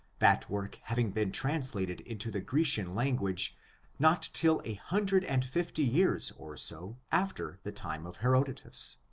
that work having been translated into the grecian language not till a hundred and fifty years, or so, after the time of herodotus.